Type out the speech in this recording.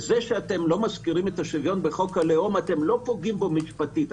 בזה שאתם לא מזכירים את השוויון בחוק הלאום אתם לא פוגעים בו משפטית,